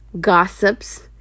gossips